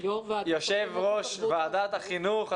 יושב-ראש ועדת החינוך,